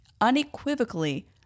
unequivocally